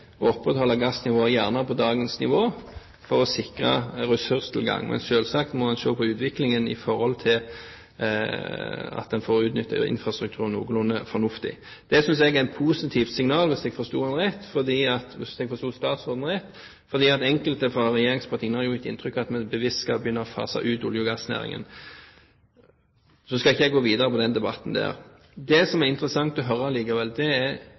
opprettholde gassnivået på dagens nivå for å sikre ressurstilgangen. Men selvsagt må en se på utviklingen i forhold til at en får utnyttet infrastrukturen noenlunde fornuftig. Det synes jeg er et positivt signal, hvis jeg forsto statsråden rett, fordi enkelte fra regjeringspartiene jo har gitt inntrykk av at man bevisst skal begynne å fase ut olje- og gassnæringen. Så skal ikke jeg gå videre med den debatten. Det som allikevel er interessant å høre,